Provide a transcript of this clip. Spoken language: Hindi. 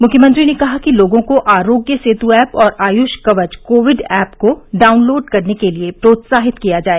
मुख्यमंत्री ने कहा कि लोगों को आरोग्य सेत् ऐप और आयष कवच कोविड ऐप को डाउनलोड करने के लिए प्रोत्साहित किया जाए